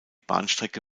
bahnstrecke